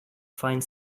find